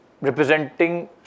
representing